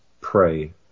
pray